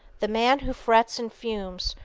the man who frets and fumes,